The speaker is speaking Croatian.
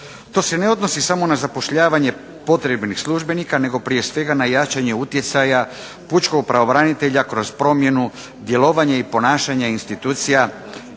To se ne odnosi samo na zapošljavanje potrebnih službenika nego prije svega na jačanje utjecaja pučkog pravobranitelja kroz promjenu, djelovanje i ponašanje institucija